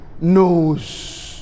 knows